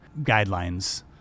guidelines